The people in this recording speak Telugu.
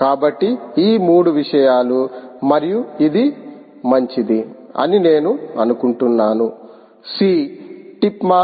కాబట్టి ఈ 3 విషయాలు మరియు ఇది మంచిది అని నేను అనుకుంటున్నాను C టిప్ మాస్